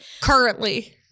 currently